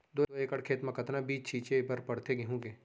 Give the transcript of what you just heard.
दो एकड़ खेत म कतना बीज छिंचे बर पड़थे गेहूँ के?